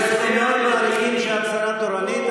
כולם מעריכים שאת שרה תורנית,